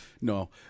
no